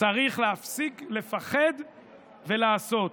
צריך להפסיק לפחד ולעשות.